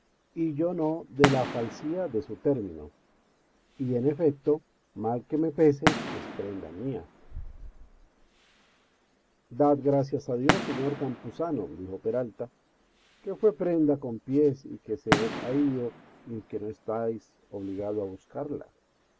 y yo no de la falsiac ute a de su término y en efeto mal que me pese es prenda mía dad gracias a dios señor campuzano dijo peralta que fue prenda con pies y que se os ha ido y que no estáis obligado a buscarla